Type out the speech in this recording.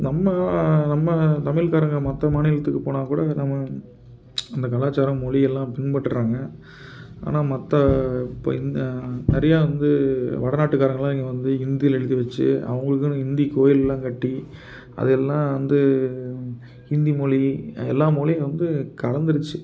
நம்ம நம்ம தமிழ்க்காரங்க மத்த மாநிலத்துக்கு போனாக்கூட நம்ம இந்த கலாச்சாரம் மொழியெல்லாம் பின்பற்றாங்க ஆனால் மற்ற இப்போ இந்த நிறையா வந்து வடநாட்டுகாரங்க எல்லாம் இங்கே வந்து ஹிந்தியில் எழுதி வச்சு அவங்களுக்குன்னு ஹிந்தி கோயில் எல்லாம் கட்டி அதையெல்லாம் வந்து ஹிந்தி மொழி எல்லா மொழியும் வந்து கலந்துருச்சு